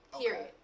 Period